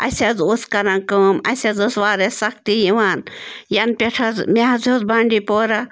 اَسہِ حظ اوس کَران کٲم اَسہِ حظ ٲس واریاہ سختی یِوان یَنہٕ پٮ۪ٹھ حظ مےٚ حظ اوس بانٛڈی پورہ